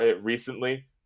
recently